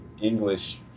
English